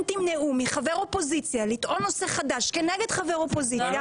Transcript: תמנעו מחבר אופוזיציה לטעון נושא חדש כנגד חבר אופוזיציה.